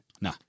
No